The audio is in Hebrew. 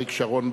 אריק שרון,